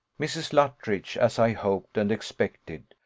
mrs. luttridge, as i hoped and expected,